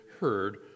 heard